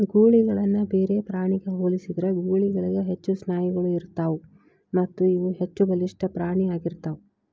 ಗೂಳಿಗಳನ್ನ ಬೇರೆ ಪ್ರಾಣಿಗ ಹೋಲಿಸಿದ್ರ ಗೂಳಿಗಳಿಗ ಹೆಚ್ಚು ಸ್ನಾಯುಗಳು ಇರತ್ತಾವು ಮತ್ತಇವು ಹೆಚ್ಚಬಲಿಷ್ಠ ಪ್ರಾಣಿ ಆಗಿರ್ತಾವ